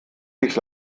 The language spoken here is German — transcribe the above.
sich